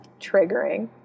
triggering